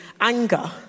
anger